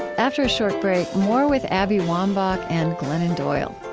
after a short break, more with abby wambach and glennon doyle.